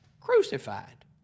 crucified